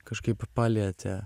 kažkaip palietė